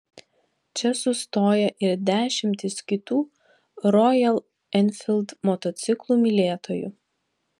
čia sustoja ir dešimtys kitų rojal enfild motociklų mylėtojų